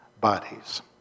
bodies